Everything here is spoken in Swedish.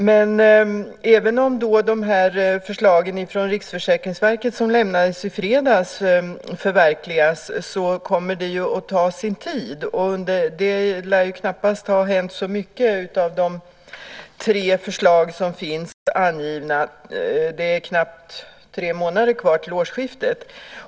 Men även om förslagen från Riksförsäkringsverket, som lämnades i fredags, förverkligas kommer det att ta sin tid. Det lär knappast ha hänt så mycket med de tre förslag som finns angivna. Det är knappt tre månader kvar till årsskiftet.